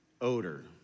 odor